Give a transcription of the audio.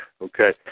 Okay